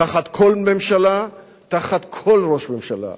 תחת כל ממשלה, תחת כל ראש ממשלה.